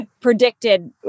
predicted